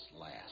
last